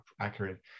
accurate